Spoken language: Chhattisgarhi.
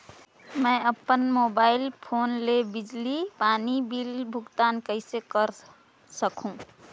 मैं अपन मोबाइल फोन ले बिजली पानी बिल भुगतान कइसे कर सकहुं?